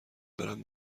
برم